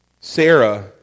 Sarah